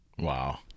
Wow